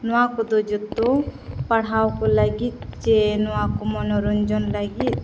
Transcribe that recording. ᱱᱚᱣᱟ ᱠᱚᱫᱚ ᱡᱚᱛᱚ ᱯᱟᱲᱦᱟᱣ ᱠᱚ ᱞᱟᱹᱜᱤᱫ ᱥᱮ ᱱᱚᱣᱟ ᱠᱚ ᱢᱚᱱᱚᱨᱚᱧᱡᱚᱱ ᱞᱟᱹᱜᱤᱫ